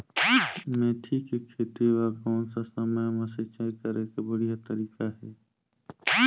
मेथी के खेती बार कोन सा समय मां सिंचाई करे के बढ़िया तारीक हे?